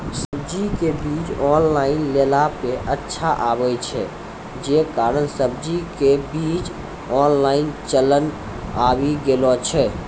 सब्जी के बीज ऑनलाइन लेला पे अच्छा आवे छै, जे कारण सब्जी के बीज ऑनलाइन चलन आवी गेलौ छै?